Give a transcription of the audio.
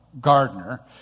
gardener